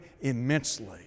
immensely